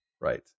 Right